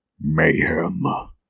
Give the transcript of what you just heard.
mayhem